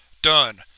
done.